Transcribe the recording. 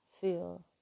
feel